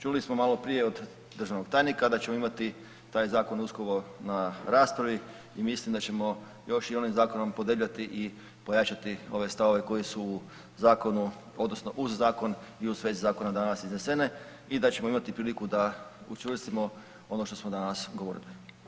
Čuli smo maloprije od državnog tajnika da ćemo imati taj zakon uskoro na raspravi i mislim da ćemo još i onim zakonom podebljati i pojačati ove stavove koji su u zakonu odnosno uz zakon i u svezi zakona danas iznesene i da ćemo imati priliku da učvrstimo ono što smo danas govorili.